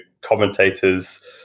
commentators